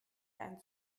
ein